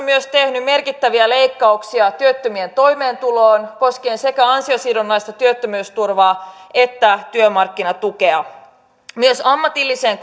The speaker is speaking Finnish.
myös tehnyt merkittäviä leikkauksia työttömien toimeentuloon koskien sekä ansiosidonnaista työttömyysturvaa että työmarkkinatukea myös ammatilliseen